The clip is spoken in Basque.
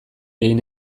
egin